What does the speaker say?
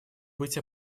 быть